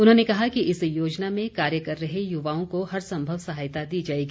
उन्होंने कहा कि इस योजना में कार्य कर रहे युवाओं को हर संभव सहायता दी जाएगी